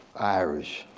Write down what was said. irish,